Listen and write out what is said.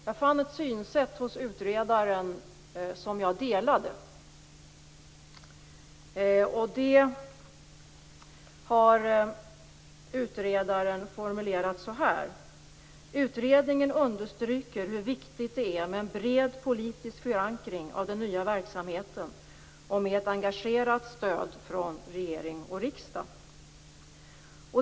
Jag fann ett synsätt hos utredaren som jag delade. Det har utredaren formulerat så här: "Utredningen understryker hur viktigt det är med en bred politisk förankring av den nya verksamheten och med ett engagerat stöd från regering och riksdag."